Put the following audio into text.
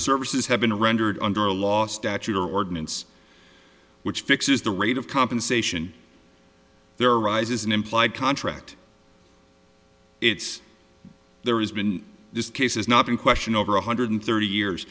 services have been rendered under a law statute or ordinance which fixes the rate of compensation there arises an implied contract it's there has been this case is not in question over one hundred thirty years